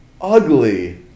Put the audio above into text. ugly